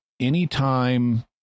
anytime